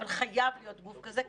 אבל חייב להיות גוף כזה,